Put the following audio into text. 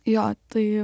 jo tai